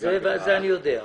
את זה אני יודע.